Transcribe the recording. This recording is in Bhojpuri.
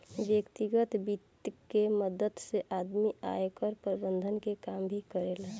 व्यतिगत वित्त के मदद से आदमी आयकर प्रबंधन के काम भी करेला